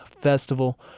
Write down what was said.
Festival